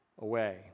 away